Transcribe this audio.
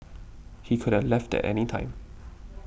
he could have left at any time